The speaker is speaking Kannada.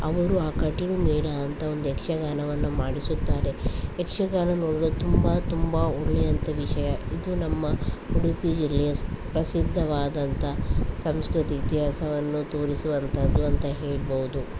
ಅವರು ಆ ಕಟೀಲು ಮೇಳ ಅಂತ ಒಂದು ಯಕ್ಷಗಾನವನ್ನು ಮಾಡಿಸುತ್ತಾರೆ ಯಕ್ಷಗಾನ ನೋಡಲು ತುಂಬ ತುಂಬ ಒಳ್ಳೆಯಂಥ ವಿಷಯ ಇದು ನಮ್ಮ ಉಡುಪಿ ಜಿಲ್ಲೆಯ ಪ್ರಸಿದ್ದವಾದಂಥ ಸಂಸ್ಕೃತಿ ಇತಿಹಾಸವನ್ನು ತೋರಿಸುವಂಥದ್ದು ಅಂತ ಹೇಳ್ಬೌದು